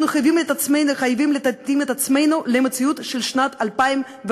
אנחנו חייבים להתאים את עצמנו למציאות של שנת 2015,